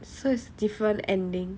so it's different ending